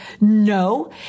no